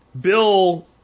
Bill